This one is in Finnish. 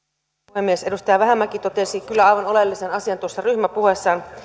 puhemies edustaja vähämäki totesi kyllä aivan oleellisen asian tuossa ryhmäpuheessaan